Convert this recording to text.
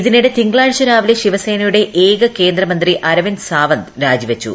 ഇതിനിടെ തിങ്കളാഴ്ച രാവിലെ ശിവസേനയുടെ ഏക കേന്ദ്രമന്ത്രി അരവിന്ദ് സാവന്ത് രാജിവച്ചു